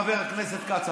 חבר הכנסת כץ,